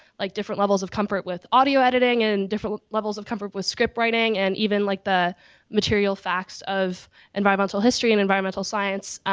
like different levels of comfort with audio editing and different levels of comfort with script writing and even like the material facts of environmental history and environmental science.